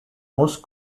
most